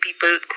people